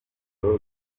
bull